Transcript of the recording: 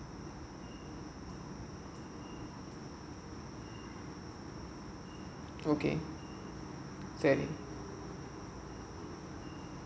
okay